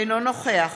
אינו נוכח